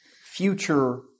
future